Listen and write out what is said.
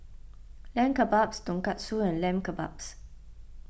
Lamb Kebabs Tonkatsu and Lamb Kebabs